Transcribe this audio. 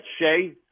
Shea